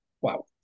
wow